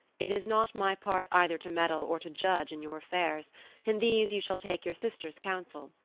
it is not my part either to meddle or to judge in your affairs in these you shall take your sister's counsel,